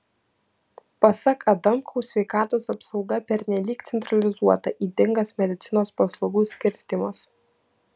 pasak adamkaus sveikatos apsauga pernelyg centralizuota ydingas medicinos paslaugų skirstymas